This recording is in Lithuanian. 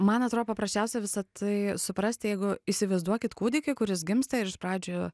man atrodo paprasčiausia visa tai suprasti jeigu įsivaizduokit kūdikį kuris gimsta ir iš pradžių